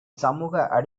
சமூக